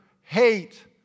hate